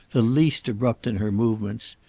the least abrupt in her movements.